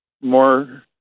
more